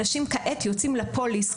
אנשים כעת יוצאים לפוליס,